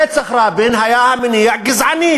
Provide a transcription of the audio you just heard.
לרצח רבין היה מניע גזעני.